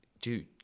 dude